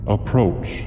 Approach